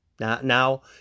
Now